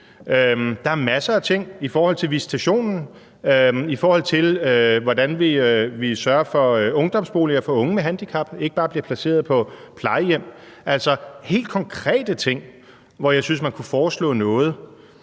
kan se på, f.eks. i forhold til visitationen, og hvordan vi kan sørge for ungdomsboliger til unge med handicap, så de ikke bare bliver placeret på plejehjem. Det er altså i forhold til helt konkrete ting, at jeg synes, at man kunne foreslå noget.